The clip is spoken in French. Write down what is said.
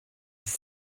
dix